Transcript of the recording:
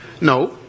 No